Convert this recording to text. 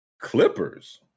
clippers